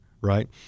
right